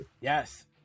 Yes